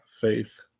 faith